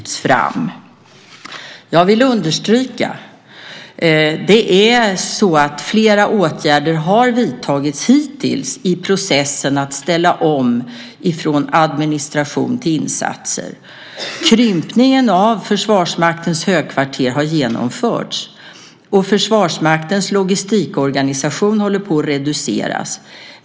Jag vill understryka att flera åtgärder hittills har vidtagits i processen att ställa om från administration till insatser. Krympningen av Försvarsmaktens högkvarter har genomförts. Försvarsmaktens logistikorganisation håller på att reduceras.